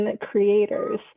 creators